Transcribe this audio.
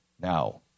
Now